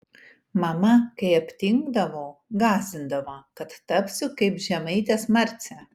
mama kai aptingdavau gąsdindavo kad tapsiu kaip žemaitės marcė